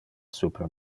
super